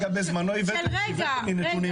אגב בזמנו הבאתם נתונים,